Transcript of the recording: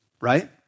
Right